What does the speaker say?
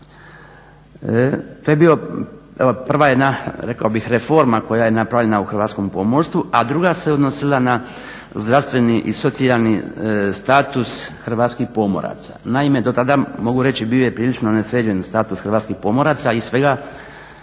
To je bila prva rekao bih reforma koja je napravljena u hrvatskom pomorstvu a druga se odnosila na zdravstveni i socijalni status hrvatskim pomoraca. Naime do tada mogu reći bio je prilično nesređen status hrvatskih pomoraca i svega